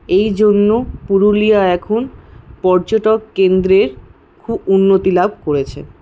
এইজন্য পুরুলিয়া এখন পর্যটক কেন্দ্রের খুব উন্নতি লাভ করেছে